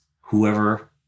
whoever